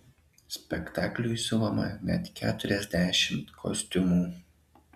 spektakliui siuvama net keturiasdešimt kostiumų